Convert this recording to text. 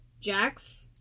Jax